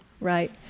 right